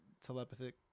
telepathic